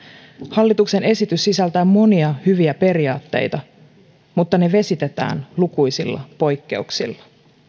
hallituksen esitys sisältää monia hyviä periaatteita mutta ne vesitetään lukuisilla poikkeuksilla